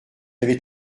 avait